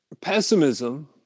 pessimism